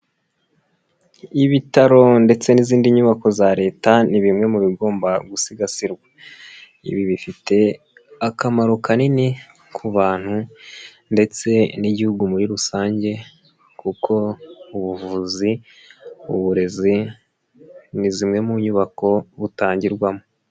Ibitaro ndetse n'izindi nyubako za leta, ni bimwe mu bigomba gusigasirwa. Ibi bifite akamaro kanini ku bantu ndetse n'igihugu muri rusange kuko ubuvuzi, uburezi, ni zimwe mu nyubako butangirwamo.